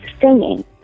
singing